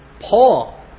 Paul